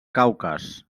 caucas